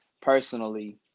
personally